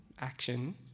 action